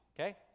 okay